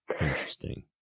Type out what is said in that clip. Interesting